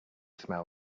smell